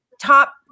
top